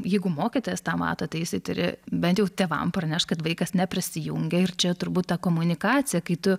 jeigu mokytojas tą mato tai jisai turi bent jau tėvam pranešt kad vaikas neprisijungė ir čia turbūt ta komunikacija kai tu